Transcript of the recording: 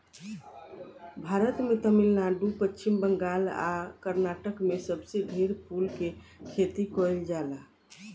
भारत के तमिलनाडु, पश्चिम बंगाल आ कर्नाटक में सबसे ढेर फूल के खेती कईल जाला